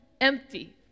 empty